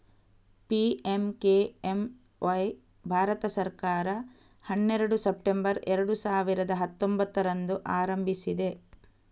PMKMY Bharat ಸರ್ಕಾರ ಹನ್ನೆರಡು September ಎರಡು ಸಾವಿರದ ಹತ್ತೊಂಭತ್ತರಂದು ಆರಂಭಿಸಿದೆ